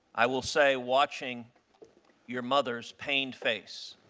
i will say, watching your mother's pained face